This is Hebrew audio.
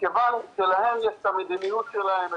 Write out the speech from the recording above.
מכיוון שלהם יש את המדיניות שלהם,